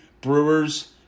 Brewers